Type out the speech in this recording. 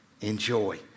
enjoy